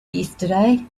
yesterday